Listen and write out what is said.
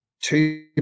two